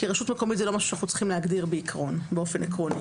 כי רשות מקומית זה לא משהו שאנחנו צריכים להגדיר באופן עקרוני.